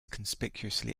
conspicuously